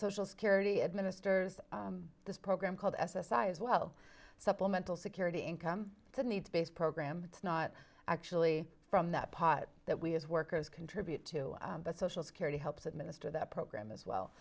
social security administers this program called s s i as well supplemental security income needs based program it's not actually from that pot that we as workers contribute to but social security helps administer that program as well